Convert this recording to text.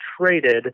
traded